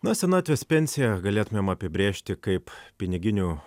na senatvės pensiją galėtumėm apibrėžti kaip piniginių